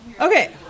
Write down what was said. Okay